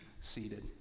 seated